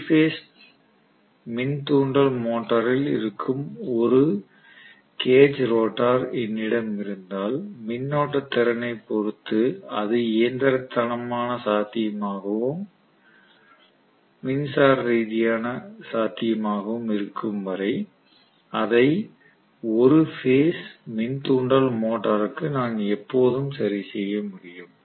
3 phase மின்தூண்டல் மோட்டரில் இருக்கும் ஒரு கேஜ் ரோட்டார் என்னிடம் இருந்தால் மின்னோட்ட திறனைப் பொறுத்து அது இயந்திரத்தனமாக சாத்தியமாகவும் மின்சார ரீதியாக சாத்தியமாகவும் இருக்கும் வரை அதை 1 பேஸ் மின்தூண்டல் மோட்டருக்கு நான் எப்போதும் சரி செய்ய முடியும்